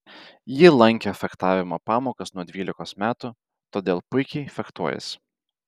ji lankė fechtavimo pamokas nuo dvylikos metų todėl puikiai fechtuojasi